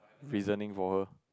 reasoning for her